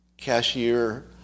cashier